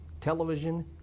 Television